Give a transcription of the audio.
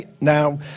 Now